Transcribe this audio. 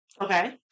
okay